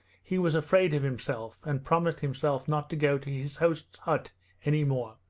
he was afraid of himself, and promised himself not to go to his hosts' hut any more.